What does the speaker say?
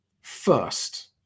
first